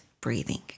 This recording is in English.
breathing